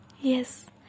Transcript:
Yes